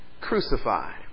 crucified